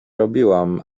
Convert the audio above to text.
robiłam